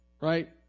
right